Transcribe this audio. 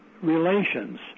relations